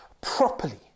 properly